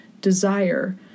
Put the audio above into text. desire